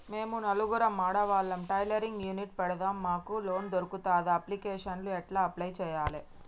మేము నలుగురం ఆడవాళ్ళం టైలరింగ్ యూనిట్ పెడతం మాకు లోన్ దొర్కుతదా? అప్లికేషన్లను ఎట్ల అప్లయ్ చేయాలే?